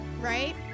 right